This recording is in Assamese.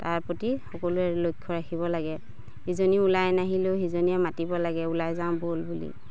তাৰ প্ৰতি সকলোৱে লক্ষ্য ৰাখিব লাগে ইজনী ওলাই নাহিলেও সিজনীয়ে মাতিব লাগে ওলাই যাওঁ ব'ল বুলি